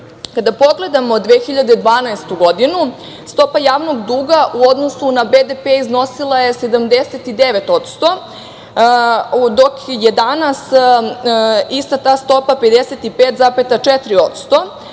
pogledamo 2012. godinu, stopa javnog duga u odnosu na BDP iznosila je 79%, dok je danas ista ta stopa 55,4%.